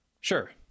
Sure